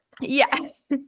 Yes